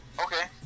Okay